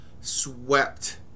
swept